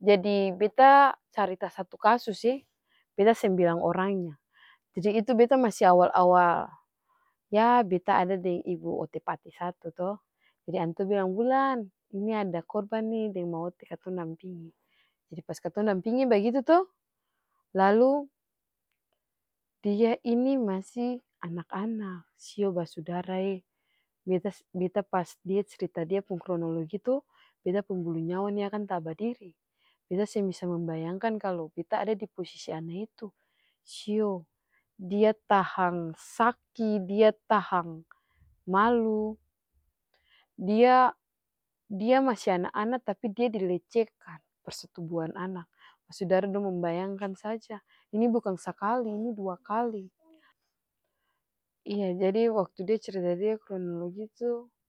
Jadi beta carita satu kasuse, beta seng bilang orangnya jadi itu beta masi awal-awal yah beta ada deng ibu ote pattysatu to, jadi antua bilang wulan ini ada korban nih deng ma ote katong dampingi, jadi pas katong dampingi bagitu to, lalu dia ini masi anak-anak sio basudarae, bet beta pas dia crita dia pung kronologi toh, beta pung bulu nyawa nih akang tabadiri, beta seng bisa membayangkan kalu beta ada diposisi ana itu, sio dia tahang saki, dia tahang malu, dia dia masi ana-ana tapi dia dilecehkan, persetubuhan anak, basudara dong membayangkan saja ini bukan sakali ini dua kali, iya jadi waktu dia crita dia kronologi to.